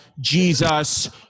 Jesus